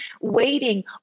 waiting